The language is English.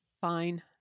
Fine